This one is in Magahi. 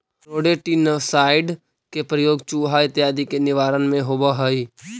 रोडेन्टिसाइड के प्रयोग चुहा इत्यादि के निवारण में होवऽ हई